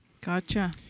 Gotcha